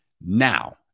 Now